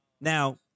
now